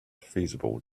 feasible